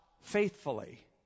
faithfully